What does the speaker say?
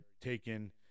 taken